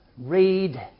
read